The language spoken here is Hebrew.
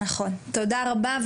תודה רבה.